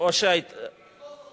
לתקוף